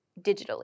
digitally